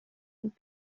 und